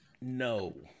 No